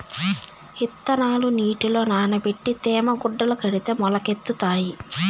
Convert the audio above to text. ఇత్తనాలు నీటిలో నానబెట్టి తేమ గుడ్డల కడితే మొలకెత్తుతాయి